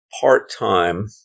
part-time